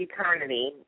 eternity